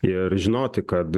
ir žinoti kad